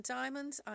diamonds